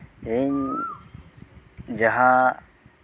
ᱤᱧ ᱡᱟᱦᱟᱸ